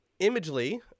Imagely